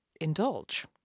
indulge